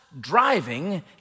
Driving